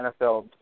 NFL